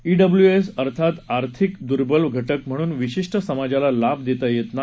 EWS अर्थात आर्थिक दुर्बल घटक म्हणून विशिष्ट समाजाला लाभ देता येत नाही